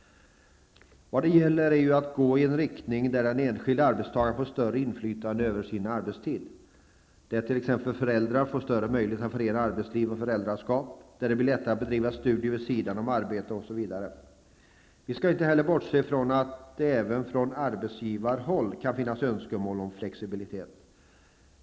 Vad det gäller är ju att gå i en riktning där den enskilde arbetstagaren får större inflytande över sin arbetstid. Därmed får t.ex. föräldrarna större möjligheter att förena arbetsliv och föräldraskap, det blir lättare att bedriva studier vid sidan av arbetet osv. Vi skall heller inte bortse ifrån att det även från arbetsgivarhåll kan finnas önskemål om flexibilitet.